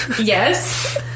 Yes